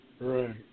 right